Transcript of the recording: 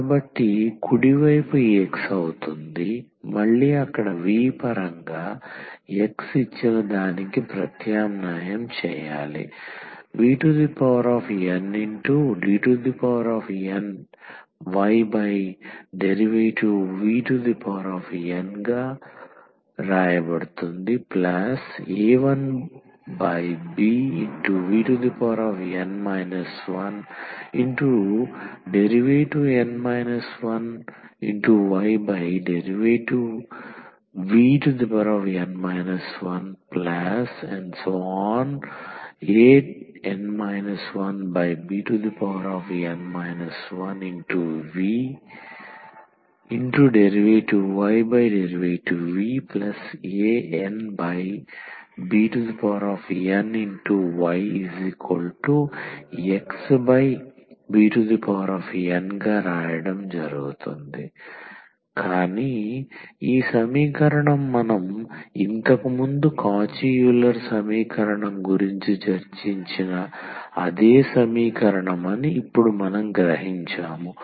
కాబట్టి కుడి వైపు ఈ x అవుతుంది మళ్లీ అక్కడ v పరంగా X ఇచ్చిన దానికి ప్రత్యామ్నాయం చేయాలి vndnydvna1bvn 1dn 1ydvn 1an 1bn 1vdydvanbnyXbn కానీ ఈ సమీకరణం మనం ఇంతకు ముందు కాచి యూలర్ సమీకరణం గురించి చర్చించిన అదే సమీకరణమని ఇప్పుడు మనం గ్రహించాము